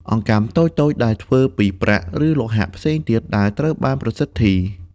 អង្កាំតូចៗដែលធ្វើពីប្រាក់ ឬលោហៈផ្សេងទៀតដែលត្រូវបានប្រសិទ្ធី។